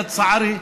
לצערי,